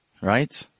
Right